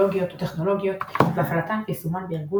לוגיות או טכנולוגיות והפעלתן וישומן בארגון